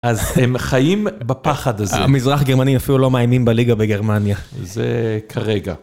אז הם חיים בפחד הזה. המזרח הגרמנים אפילו לא מאיימים בליגה בגרמניה. זה כרגע.